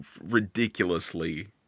ridiculously